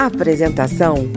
Apresentação